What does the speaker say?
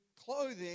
clothing